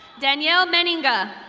danielle meniga.